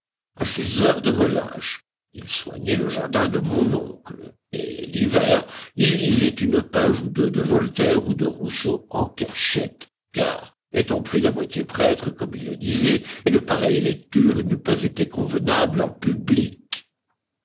à ses heures de relâche il soignait le jardin de mon oncle et l'hiver il lisait une page ou deux de voltaire ou de rousseau en cachette car étant plus d'à moitié prêtre comme il le disait une pareille lecture n'eût pas été convenable en public